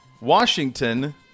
Washington